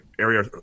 area